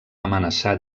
amenaçar